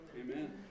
Amen